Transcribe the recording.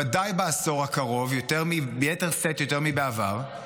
ודאי בעשור הקרוב ביתר שאת, יותר מבעבר.